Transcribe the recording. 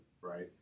right